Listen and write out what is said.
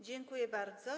Dziękuję bardzo.